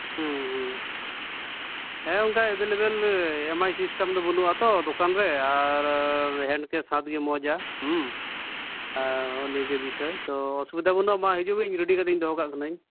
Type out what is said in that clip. ᱦᱮᱸ ᱚᱱᱠᱟ ᱮᱵᱮᱞᱮᱵᱮᱞ ᱮᱢ ᱟᱭ ᱥᱤᱥᱴᱮᱢ ᱫᱚ ᱵᱟᱹᱱᱩᱜᱼᱟ ᱛᱚ ᱫᱚᱠᱟᱱ ᱨᱮ ᱟᱨ ᱦᱮᱱᱰ ᱠᱮᱥ ᱦᱟᱛᱟ ᱜᱮ ᱢᱚᱡᱟ ᱦᱚᱸᱜᱼᱚ ᱱᱤᱭᱟᱹ ᱜᱮ ᱵᱤᱥᱚᱭ ᱛᱚ ᱚᱥᱩᱵᱤᱫᱟ ᱵᱟᱹᱱᱩᱜᱼᱟ ᱢᱟ ᱦᱤᱡᱩᱜ ᱢᱮ ᱤᱧ ᱨᱮᱰᱤ ᱠᱟᱛᱮᱫ ᱫᱚᱦᱚ ᱠᱟᱜ ᱠᱟᱹᱱᱟᱹᱧ